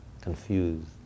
confused